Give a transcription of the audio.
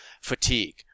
Fatigue